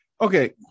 okay